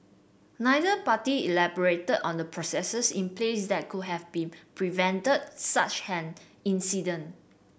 neither party elaborated on the processes in place that could have been prevented such an incident